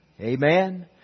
Amen